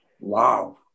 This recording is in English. wow